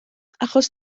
achos